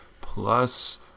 plus